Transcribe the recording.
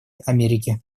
америки